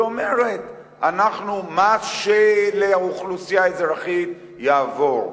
ואומרת: אנחנו, מה שלאוכלוסייה האזרחית, יעבור,